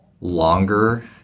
longer